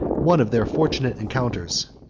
one of their fortunate encounters.